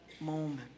moment